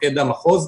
מפקד המחוז.